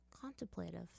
contemplative